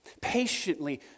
patiently